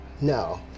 No